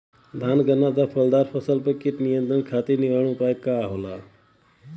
धान गन्ना तथा फलदार फसल पर कीट नियंत्रण खातीर निवारण उपाय का ह?